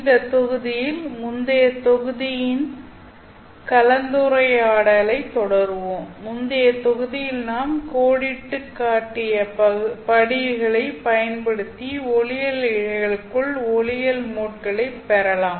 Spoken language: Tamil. இந்த தொகுதியில் முந்தைய தொகுதியின் கலந்துரையாடலைத் தொடருவோம் முந்தைய தொகுதியில் நாம் கோடிட்டுக் காட்டிய படிகளைப் பயன்படுத்தி ஒளியியல் இழைகளுக்குள் ஒளியியல் மோட்களை பெறலாம்